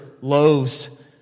loaves